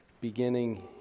beginning